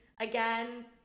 again